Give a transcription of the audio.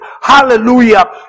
hallelujah